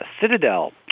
Citadel